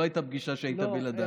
לא הייתה פגישה שהייתה בלעדיי.